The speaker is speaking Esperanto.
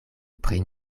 pri